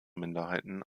minderheiten